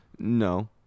No